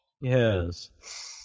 Yes